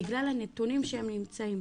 בגלל הנתונים שהם נמצאים.